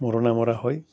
মৰণা মৰা হয়